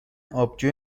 آبجو